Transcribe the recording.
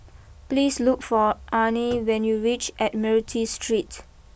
please look for Arne when you reach Admiralty Street